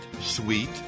sweet